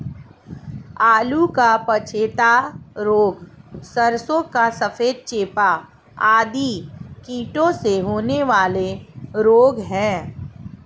आलू का पछेता रोग, सरसों का सफेद चेपा आदि कीटों से होने वाले रोग हैं